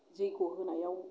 जैग्य' होनायाव